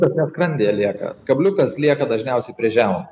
kad ne skrandyje lieka kabliukas lieka dažniausiai prie žiaunų